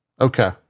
okay